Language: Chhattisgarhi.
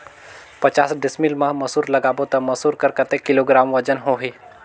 पचास डिसमिल मा मसुर लगाबो ता मसुर कर कतेक किलोग्राम वजन होही?